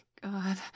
God